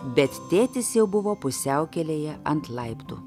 bet tėtis jau buvo pusiaukelėje ant laiptų